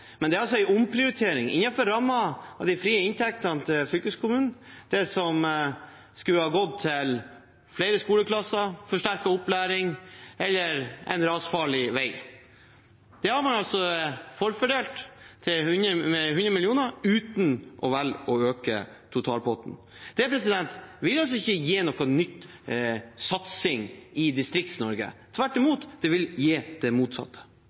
men det er en omprioritering innenfor rammen av de frie inntektene til fylkeskommunene. Det som skulle gått til flere skoleklasser, forsterket opplæring eller en rasfarlig vei, har man altså forfordelt med 100 mill. kr uten å velge å øke totalpotten. Det vil ikke gi noen ny satsing i Distrikts-Norge. Tvert imot vil det gi det motsatte.